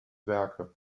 werke